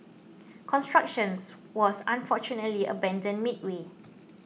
constructions was unfortunately abandoned midway